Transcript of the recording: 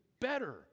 better